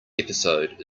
episode